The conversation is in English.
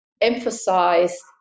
emphasize